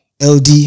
LD